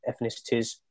ethnicities